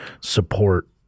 support